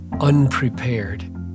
unprepared